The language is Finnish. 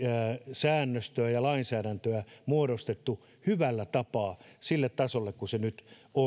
säännöstöä ja lainsäädäntöä muodostettu hyvällä tapaa sille tasolle millä se nyt on